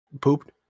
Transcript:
Pooped